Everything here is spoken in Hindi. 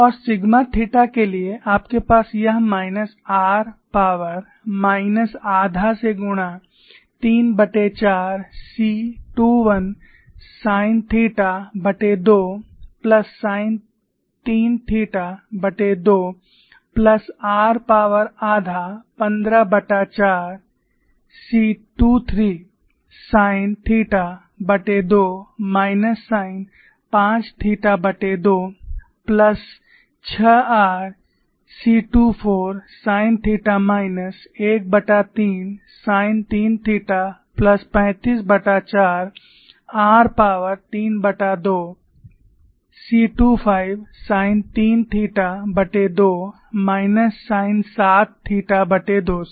और सिग्मा थीटा के लिए आपके पास यह माइनस r पावर माइनस आधा से गुणा 34 c21 साइन थीटा2 प्लस साइन 3 थीटा2 प्लस r पावर आधा 154 c23 साइन थीटा2 माइनस साइन 5 थीटा2 plus 6 r c24 sine theta minus 13 sine 3 थीटा प्लस 354 r पॉवर 32 c25 साइन 3 थीटा2 माइनस साइन 7 थीटा2 से